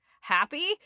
happy